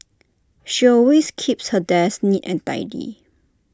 she always keeps her desk neat and tidy